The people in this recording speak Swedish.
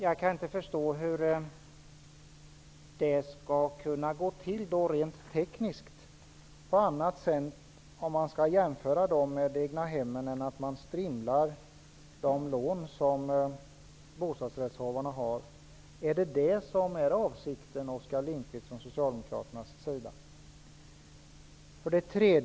Jag kan inte förstå hur det skulle gå till rent tekniskt, vid en jämförelse med egnahemmen, om man inte strimlar de lån som bostadsrättshavarna har. Är det Socialdemokraternas avsikt?